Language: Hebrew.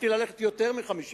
חשבתי ללכת על יותר מ-50%.